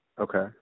Okay